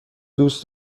دوست